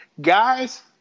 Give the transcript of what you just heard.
guys